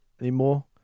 anymore